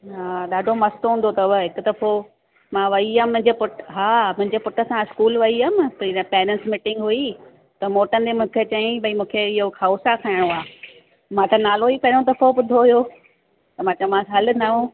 हा ॾाढो मस्तु हूंदो अथव हिकु दफ़ो मां वई हुयमि मुंहिंजे पुटु हा मुंहिंजे पुट सां स्कूल वई हुयमि त पेरेंंट्स मिटिंग हुई त मोटंदे मूंखे चयईं भई मूंखे हीअ खाउसा खाइणो आहे मां त नालो ई पहिरों दफ़ो ॿुधो हुयो त मां चयोमांसि हलु नओं